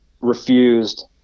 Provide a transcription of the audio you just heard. refused